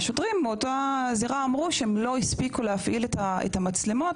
והשוטרים באותה זירה אמרו שהם לא הספיקו להפעיל את המצלמות,